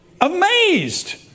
amazed